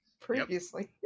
Previously